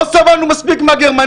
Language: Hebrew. לא סבלנו מספיק מהם?